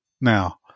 Now